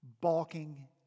balking